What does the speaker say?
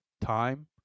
time